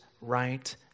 right